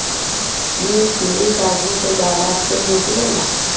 कि पीली सरसों से ज्यादा तेल निकले ला?